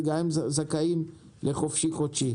וגם הם זכאים לחופשי-חודשי.